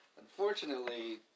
Unfortunately